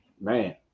man